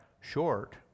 short